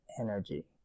energy